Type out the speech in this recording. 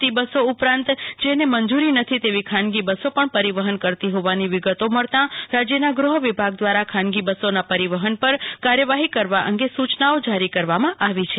T બસો ઉપરાંત જેને મંજૂરી નથી તેવી ખાનગી બસો પણ પરિવહન કરતી હોવાની વિગતો મળતાં રાજ્યના ગૃહ વિભાગ દ્વારા ખાનગી બસોના પરિવહન પર કાર્યવાહી કરવા અંગેની સૂચનાઓ જારી કરવામાં આવી છે